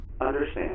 Understand